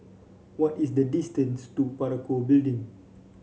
what is the distance to Parakou Building